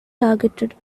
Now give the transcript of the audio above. targeted